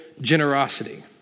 generosity